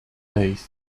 lathe